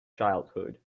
childhood